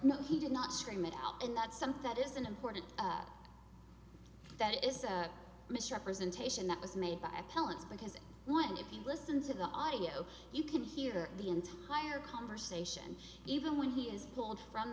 no he did not scream it out in that something that is unimportant that is a misrepresentation that was made by pellets because one if you listen to the audio you can hear the entire conversation even when he is pulled from